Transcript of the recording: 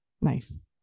Nice